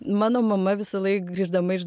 mano mama visąlaik grįždama iš